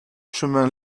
chemin